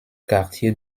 quartier